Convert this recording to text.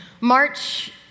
March